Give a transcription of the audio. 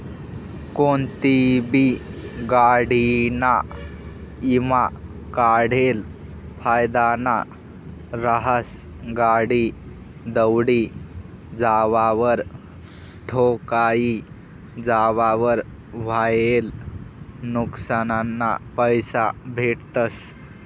कोनतीबी गाडीना ईमा काढेल फायदाना रहास, गाडी दवडी जावावर, ठोकाई जावावर व्हयेल नुक्सानना पैसा भेटतस